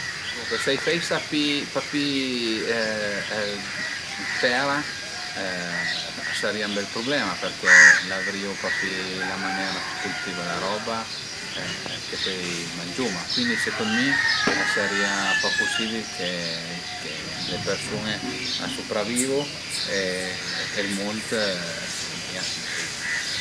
Dunche se a i feisa pi pa pi d'tera a sarìa ün bel prublema perché l'avrìu pa pi la manera d'cultivé la roba che pöi mangiuma cuindi secund mi a sarìa pa pusibil che le persun-a a supravivu e ël mund secund mi a finirìa